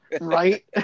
Right